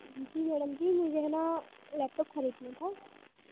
जी madam जी मुझे ना लैपटॉप खरीदना था